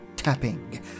tapping